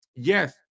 Yes